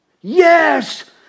Yes